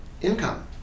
income